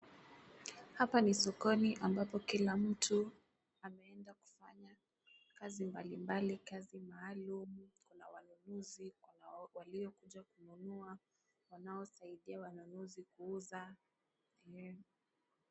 Hapa ni sokoni ambapo kila mtu ameenda kufanya kazi mbalimbali, kazi maalum. Kuna wanunuzi, kuna waliokuja kununua, wanaosaidia wanunuzi kuuza.